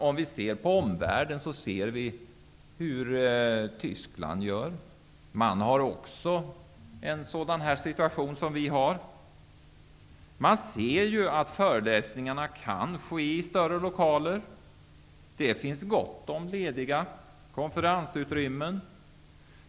Om vi ser på omvärlden kan vi konstatera att man exempelvis i Tyskland har en likadan situation som vi har här. Man inser där att föreläsningar kan ske i större lokaler. Det finns gott om lediga konferensutrymmen.